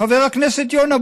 חבר הכנסת יונה,